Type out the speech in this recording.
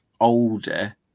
older